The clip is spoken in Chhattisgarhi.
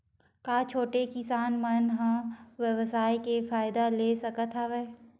का छोटे किसान मन ई व्यवसाय के फ़ायदा ले सकत हवय?